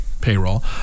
payroll